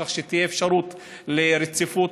כך שתהיה אפשרות לרציפות